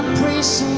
please,